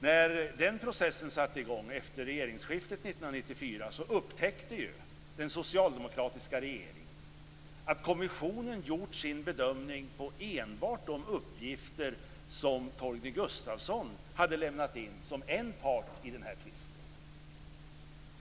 När den processen satte i gång efter regeringsskiftet 1994 upptäckte den socialdemokratiska regeringen att kommissionen gjort sin bedömning på enbart de uppgifter som Torgny Gustafsson hade lämnat in som en part i tvisten.